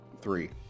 Three